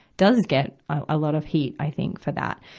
does get a lot of heat, i think, for that.